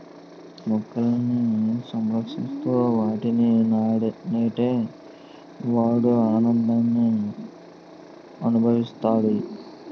మొక్కలని సంరక్షిస్తూ వాటిని నాటే వాడు ఆనందాన్ని అనుభవిస్తాడు